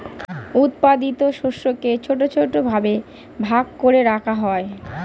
উৎপাদিত শস্যকে ছোট ছোট ভাবে ভাগ করে রাখা হয়